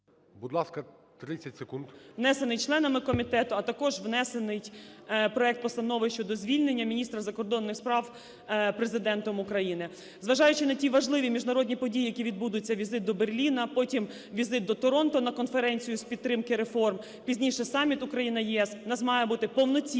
Будь ласка, 30 секунд. 12:44:01 ГОПКО Г.М. …внесений членами комітету, а також внесений проект Постанови щодо звільнення міністра закордонних справ Президентом України. Зважаючи на ті важливі міжнародні події, які відбудуться (візит до Берліна, потім візит до Торонто на конференцію з підтримки реформ, пізніше - саміт Україна - ЄС), у нас має бути повноцінний